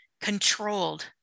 controlled